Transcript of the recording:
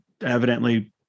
evidently